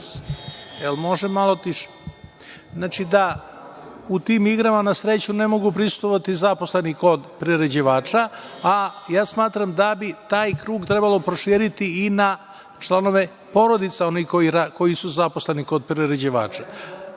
sreću, a tamo stoji da u tim igrama na sreću ne mogu prisustvovati zaposleni kod priređivača. Smatram da bi taj krug trebalo proširiti i na članove porodica onih koji su zaposleni kod priređivača